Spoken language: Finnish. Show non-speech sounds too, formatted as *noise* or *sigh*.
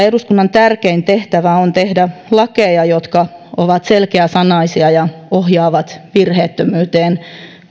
*unintelligible* eduskunnan tärkein tehtävä on tehdä lakeja jotka ovat selkeäsanaisia ja ohjaavat virheettömyyteen